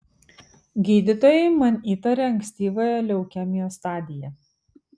gydytojai man įtarė ankstyvąją leukemijos stadiją